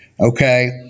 okay